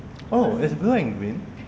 oh it's glowing a bit